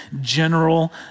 general